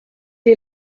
est